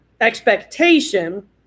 expectation